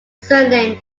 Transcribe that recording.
surname